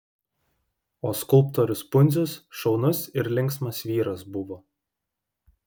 o skulptorius pundzius šaunus ir linksmas vyras buvo